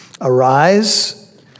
Arise